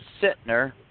Sittner